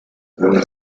will